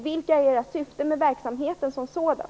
Vilka är er syften med verksamheten som sådan?